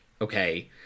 okay